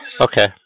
Okay